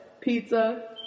pizza